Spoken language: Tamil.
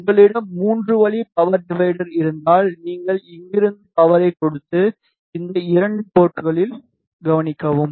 உங்களிடம் 3 வழி பவர் டிவைடர் இருந்தால் நீங்கள் இங்கிருந்து பவரை கொடுத்து இந்த 2 போர்ட்களில் கவனிக்கவும்